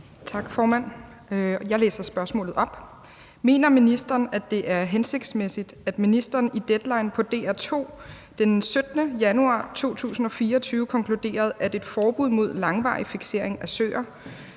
Tak, formand, og jeg læser spørgsmålet op: Mener ministeren, at det er hensigtsmæssigt, at ministeren i Deadline på DR2 den 17. januar 2024 konkluderede, at et forbud mod langvarig fiksering af søer